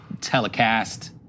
telecast